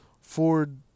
Ford